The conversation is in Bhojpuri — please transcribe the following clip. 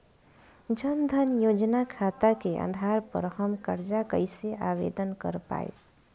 जन धन योजना खाता के आधार पर हम कर्जा कईसे आवेदन कर पाएम?